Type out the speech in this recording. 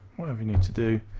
whatever you need to do